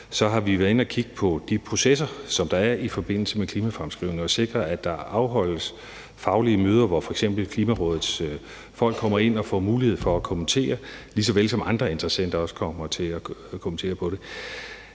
fra SF været inde at kigge på de processer, som der er i forbindelse med klimafremskrivningen, og sikret, at der afholdes faglige møder, hvor f.eks. Klimarådets folk kommer ind og får mulighed for at kommentere på det, lige såvel som andre interessenter også kommer til at kommentere på det.